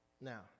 Now